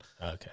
Okay